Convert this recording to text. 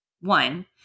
One